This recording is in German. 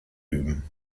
üben